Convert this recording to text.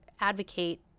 advocate